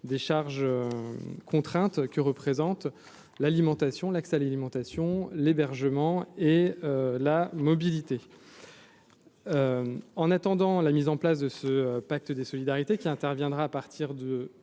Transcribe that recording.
des charges contraintes que représente l'alimentation, l'axe alimentation l'hébergement et la mobilité. En attendant la mise en place de ce pacte de solidarité qui interviendra à partir de